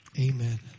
Amen